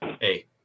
Hey